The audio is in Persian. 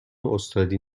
استادی